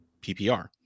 PPR